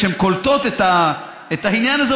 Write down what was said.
כשהן קולטות את העניין הזה,